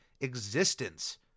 existence